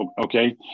okay